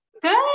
good